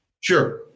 sure